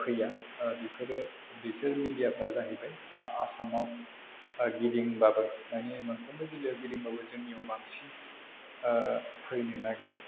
फैया बिफोरो बिसोर मिडियाफ्रा जाहैबाय आसामाव गिदिंबाबो मानि मोनफ्रामबो जिल्लायाव गिदिंबाबो जोंनियाव बांसिन फैनो नागिरा